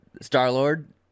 Star-Lord